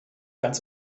ganz